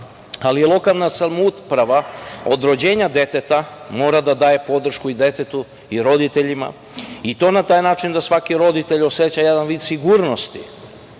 ali i lokalna samouprava od rođenja deteta mora da daje podršku i detetu i roditeljima, i to na taj način da svaki roditelj oseća jedan vid sigurnosti